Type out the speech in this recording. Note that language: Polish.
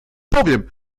powiem